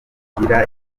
bigira